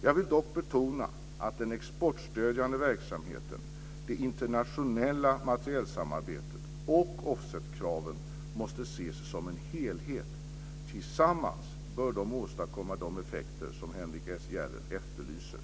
Jag vill dock betona att den exportstödjande verksamheten, det internationella materielsamarbetet och offsetkraven måste ses som en helhet. Tillsammans bör de åstadkomma de effekter som Henrik S Järrel efterlyser.